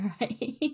right